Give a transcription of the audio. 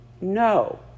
no